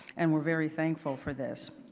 and we're very thankful for this.